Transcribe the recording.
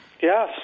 Yes